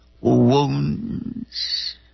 wounds